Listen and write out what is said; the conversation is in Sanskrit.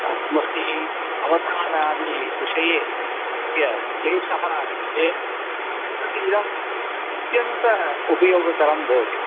हा स्मृति अवधानादीविषये तस्य क्लेशः अस्ति चेत् तद् इदम् अत्यन्तम् उपयोगकरं भवति